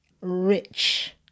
rich